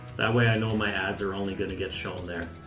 that way i know my ads are only going to get shown there.